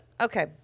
okay